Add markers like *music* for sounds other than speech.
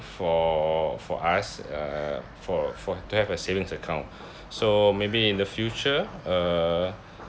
for for us uh for for to have a savings account *breath* so maybe in the future uh